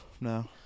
no